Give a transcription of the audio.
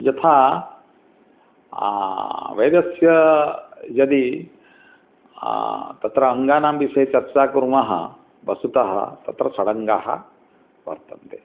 यथा वेदस्य यदि तत्र अङ्गानां विषये चर्चा कुर्मः वस्तुतः तत्र षडङ्गाः वर्तन्ते